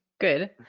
Good